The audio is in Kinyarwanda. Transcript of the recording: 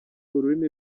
ururimi